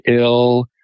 ill